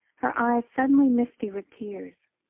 her eyes suddenly misty with tears.